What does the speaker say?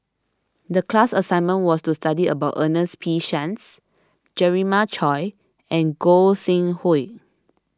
the class assignment was to study about Ernest P Shanks Jeremiah Choy and Gog Sing Hooi